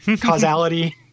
causality